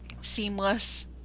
Seamless